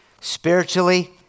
Spiritually